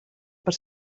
per